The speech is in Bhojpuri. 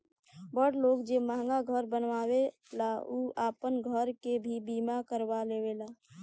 बड़ लोग जे महंगा घर बनावेला उ आपन घर के भी बीमा करवा लेवेला